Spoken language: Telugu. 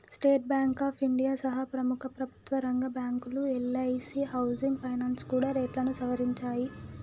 స్టేట్ బాంక్ ఆఫ్ ఇండియా సహా ప్రముఖ ప్రభుత్వరంగ బ్యాంకులు, ఎల్ఐసీ హౌసింగ్ ఫైనాన్స్ కూడా రేట్లను సవరించాయి